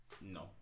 No